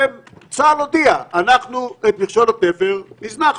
וצה"ל הודיע: אנחנו את מכשול התפר הזנחנו,